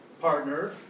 partner